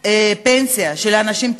הפנסיה של אנשים,